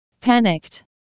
Panicked